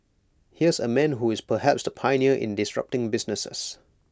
here's A man who is perhaps the pioneer in disrupting businesses